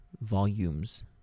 volumes